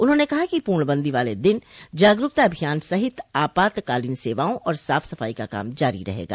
उन्होंने कहा कि पूर्ण बंदी वाले दिन जागरूकता अभियान सहित आपात कालीन सेवाओं और साफ सफाई का काम जारी रहेगा